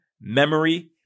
memory